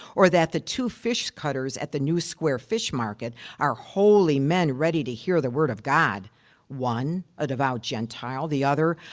or that the two fish-cutters at the new square fish market are holy men ready to hear the word of god one, a devout gentile the other,